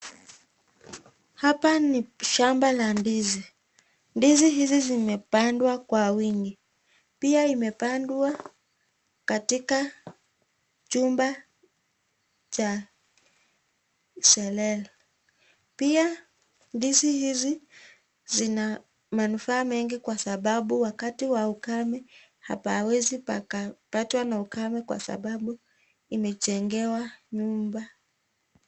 Hapa ni shamba la ndizi, ndizi hizi imepangwa kwa wingi pia imepandwa katika chumba cha serele, pia ndizi hizi zina manufaa mingi kwa sababu wakati qa ukame, hapawezi pakapatwa na ukame kwa sababu imejengewe nyumba.